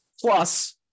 Plus